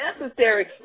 necessary